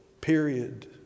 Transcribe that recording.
Period